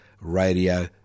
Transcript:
Radio